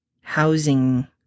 housing